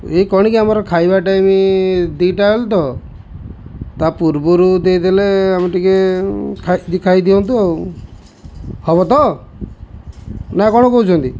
ଏଇ କଣ କି ଆମର ଖାଇବା ଟାଇମ୍ ଦୁଇଟା ହେଲେ ତ ତା ପୂର୍ବରୁ ଦେଇଦେଲେ ଆମେ ଟିକେ ଖାଇଦିଅନ୍ତୁ ଆଉ ହେବ ତ ନା କଣ କହୁଛନ୍ତି